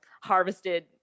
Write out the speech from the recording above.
harvested